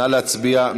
נא להצביע.